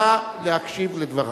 נא להקשיב לדבריו.